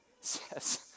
says